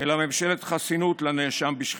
אלא ממשלת חסינות לנאשם בשחיתות.